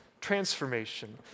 transformation